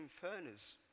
furnace